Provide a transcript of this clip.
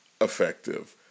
effective